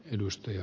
edustaja